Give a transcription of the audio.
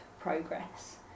progress